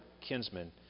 kinsmen